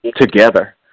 together